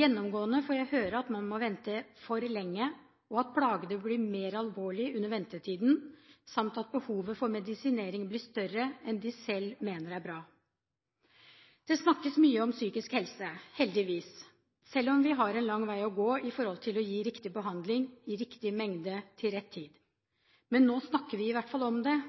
Gjennomgående får jeg høre at man må vente for lenge, og at plagene blir mer alvorlige under ventetiden samt at behovet for medisinering blir større enn de selv mener er bra. Det snakkes mye om psykisk helse, heldigvis, selv om vi har en lang vei å gå for å gi riktig behandling i riktig mengde til rett tid. Men nå snakker vi i hvert fall om det.